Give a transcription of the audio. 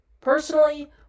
Personally